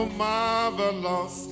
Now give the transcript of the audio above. marvelous